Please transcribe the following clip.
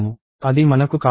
అది మనకు కావాలి